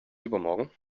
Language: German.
übermorgen